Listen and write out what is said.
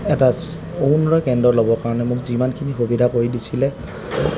এটা অৰুণোদয় কেন্দ্ৰ ল'বৰ কাৰণে মোক যিমানখিনি সুবিধা কৰি দিছিলে